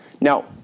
now